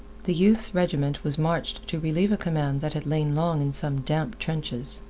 the youth's regiment was marched to relieve a command that had lain long in some damp trenches.